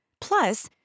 Plus